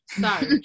sorry